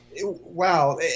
Wow